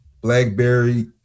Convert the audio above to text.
BlackBerry